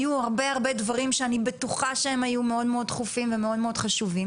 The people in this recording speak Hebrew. היו הרבה דברים שאני בטוחה שהם היו מאוד מאוד דחופים ומאוד מאוד חשובים,